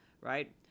right